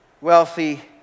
wealthy